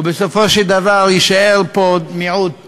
ובסופו של דבר יישאר פה מיעוט קטן,